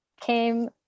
came